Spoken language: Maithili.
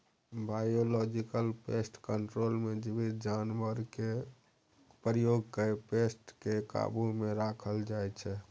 बायोलॉजिकल पेस्ट कंट्रोल मे जीबित जानबरकेँ प्रयोग कए पेस्ट केँ काबु मे राखल जाइ छै